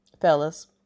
Fellas